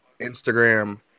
Instagram